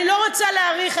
אני לא רוצה להאריך,